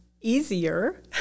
easier